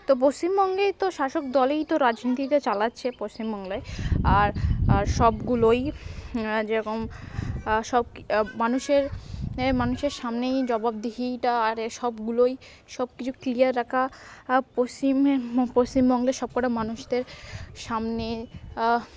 তো পশ্চিমবঙ্গে তো শাসক দলেই তো রাজনীতিটা চালাচ্ছে পশ্চিমবঙ্গলায় আর আর সবগুলোই যেরকম সব মানুষের মানুষের সামনেই জবাবদিহিটা আর সবগুলোই সব কিছু ক্লিয়ার রাখা পশ্চিমে পশ্চিমবঙ্গ সবকটা মানুষদের সামনে